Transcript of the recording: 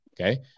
Okay